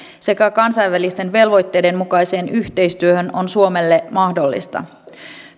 sekä kansainvälisten velvoitteiden mukaiseen yhteistyöhön on suomelle mahdollista